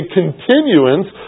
continuance